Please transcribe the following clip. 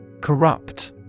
Corrupt